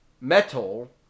metal